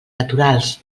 naturals